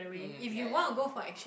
mm ya ya